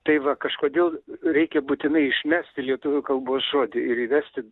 tai va kažkodėl reikia būtinai išmesti lietuvių kalbos žodį ir įvesti